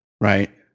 Right